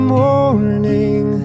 morning